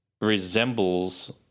resembles